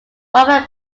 wafer